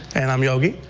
and i'm yogi.